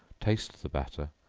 taste the batter,